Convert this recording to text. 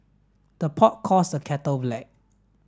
the pot calls the kettle black